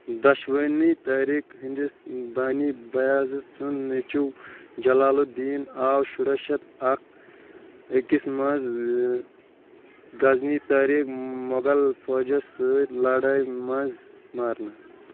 دوشونی تٔحریٖکہِ ہندِس بٲنی بیازِدَ سٗند نیٚچُو جلال الدین آو شُراہ شتھ اکھ أکِس منٛز غزنی تحریٖک مۄغل فوجَس سۭتہِ لڑایہِ منٛز مارنہٕ